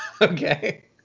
okay